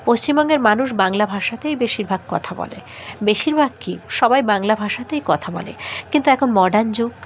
পশ্চিমবঙ্গের মানুষ বাংলা ভাষাতেই বেশিরভাগ কথা বলে বেশিরভাগ কী সবাই বাংলা ভাষাতেই কথা বলে কিন্তু এখন মডার্ন যুগ